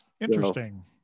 interesting